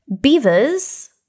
beavers